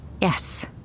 Yes